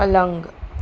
પલંગ